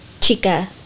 chica